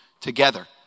together